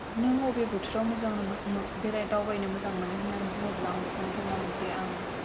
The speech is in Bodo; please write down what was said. नों अबे बोथोराव मोजां दावबायनो मोजां मोनो होननानै बुङोब्ला आं बेखौनो बुंनांगोन जे आं